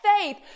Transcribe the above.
faith